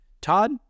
Todd